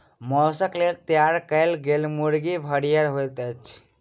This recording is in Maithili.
मौसक लेल तैयार कयल गेल मुर्गी भरिगर होइत छै